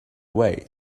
way